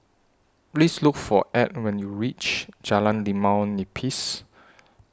Please Look For Edd when YOU REACH Jalan Limau Nipis